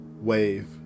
wave